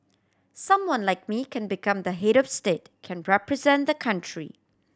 someone like me can become the head of state can represent the country